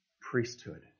priesthood